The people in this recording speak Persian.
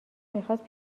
میخواست